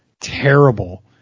terrible